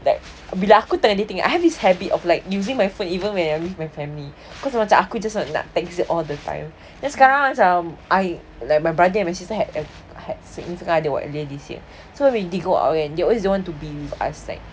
like bila aku dengar anything I have this habit of like using my phone even when with my family cause aku just nak text all the time then sekarang macam I like brother and my sister they were sick ah what earlier this year so when they go out they always don't want to be ask like